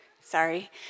Sorry